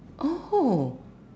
oh